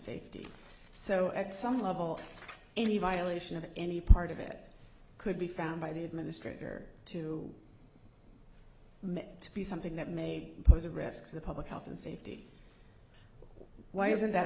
safety so at some level any violation of any part of it could be found by the administrator to make to be something that made pose a risk to the public health and safety why isn't that